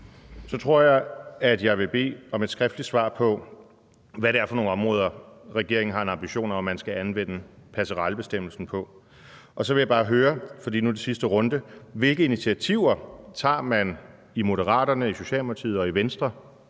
Så tror jeg, at jeg vil bede om et skriftligt svar på, hvad det er for nogle områder, regeringen har en ambition om at man skal anvende passerellebestemmelserne på. Så vil jeg bare høre – for nu er det sidste runde: Hvilke initiativer tager man i Moderaterne, Socialdemokratiet og Venstre